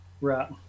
Right